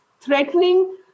threatening